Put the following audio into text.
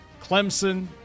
Clemson